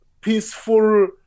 peaceful